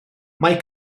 mae